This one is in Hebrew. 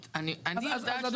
אני אומרת לך שהם הכינו תכניות.